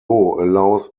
allows